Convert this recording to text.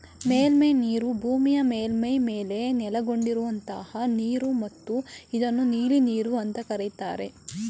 ಮೇಲ್ಮೈನೀರು ಭೂಮಿಯ ಮೇಲ್ಮೈ ಮೇಲೆ ನೆಲೆಗೊಂಡಿರುವಂತಹ ನೀರು ಮತ್ತು ಇದನ್ನು ನೀಲಿನೀರು ಅಂತ ಕರೀತಾರೆ